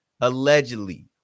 Allegedly